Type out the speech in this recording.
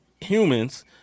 humans